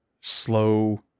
slow